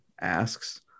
asks